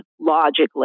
logically